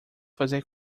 fazer